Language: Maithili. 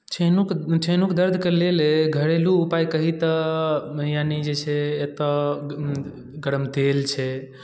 ठेहुनक ठेहुनक दर्दके लेल घरेलू उपाय कही तऽ मे यानि जे छै एतय गरम तेल छै